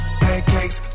pancakes